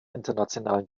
internationalen